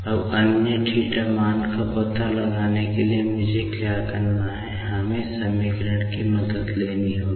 अब अन्य θ मान का पता लगाने के लिए मुझे क्या करना है हमें अन्य समीकरणों की मदद लेनी होगी